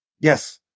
Yes